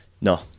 no